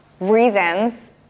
reasons